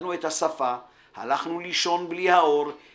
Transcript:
איבדנו את השפה/ הלכנו לישון בלי האור/